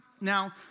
Now